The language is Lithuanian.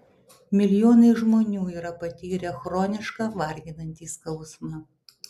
milijonai žmonių yra patyrę chronišką varginantį skausmą